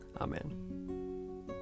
Amen